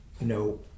no